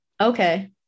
Okay